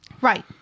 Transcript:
Right